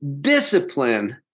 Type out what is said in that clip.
discipline